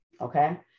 Okay